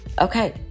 okay